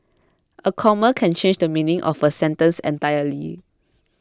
a comma can change the meaning of a sentence entirely